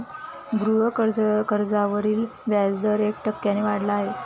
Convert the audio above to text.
गृहकर्जावरील व्याजदर एक टक्क्याने वाढला आहे